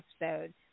episode